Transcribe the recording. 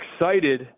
excited –